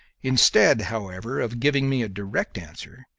instead, however, of giving me a direct answer,